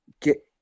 get